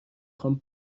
خوام